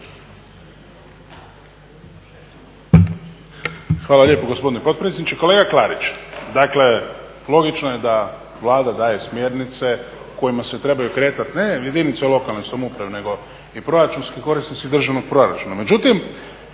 Hvala lijepo gospodine potpredsjedniče. Kolega Klarić, dakle logično je da Vlada daje smjernice kojima se trebaju kretati ne jedinice lokalne samouprave nego i proračunski korisnici državnog proračuna.